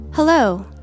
Hello